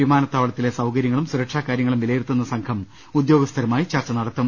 വിമാനത്താവളത്തിലെ സൌകര്യങ്ങളും സുരക്ഷാകാര്യങ്ങളും വില യിരുത്തുന്ന സംഘം ഉദ്യോഗസ്ഥരുമായി ചർച്ച നടത്തും